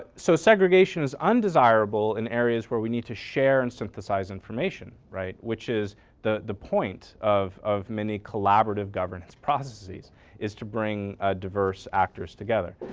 so segregation is undesirable in areas where we need to share and synthesize information, right, which is the the point of of many collaborative government processes is to bring ah diverse actors together.